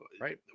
right